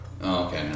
Okay